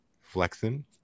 flexing